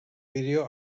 vídeo